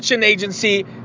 agency